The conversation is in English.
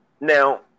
Now